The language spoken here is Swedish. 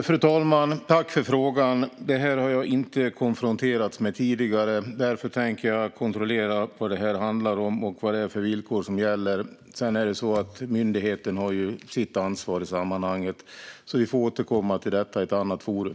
Fru talman! Jag tackar för frågan. Detta har jag inte konfronterats med tidigare. Därför tänker jag kontrollera vad det handlar om och vilka villkor som gäller. Sedan har ju också myndigheten sitt ansvar i sammanhanget. Vi får återkomma till detta i ett annat forum.